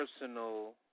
personal